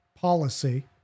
policy